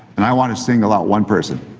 and i want to single out one person.